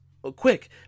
Quick